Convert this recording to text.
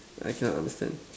I cannot understand